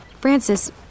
Francis